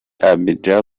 abidjan